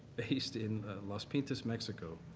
based in las pintas, mexico,